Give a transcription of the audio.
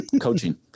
coaching